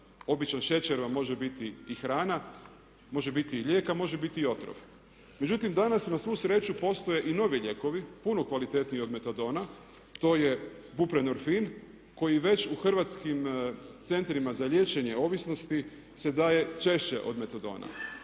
Običan šećer vam može biti i hrana, može biti i lijek, a može biti i otrov. Međutim, danas na svu sreću postoje i novi lijekovi, puno kvalitetniji od metadona. To je buprenorfin koji već u Hrvatskim centrima za liječenje ovisnosti se daje češće od metadona.